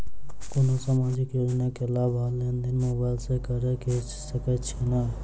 कोनो सामाजिक योजना केँ लाभ आ लेनदेन मोबाइल सँ कैर सकै छिःना?